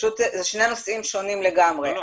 אלה שני נושאים שונים לגמרי.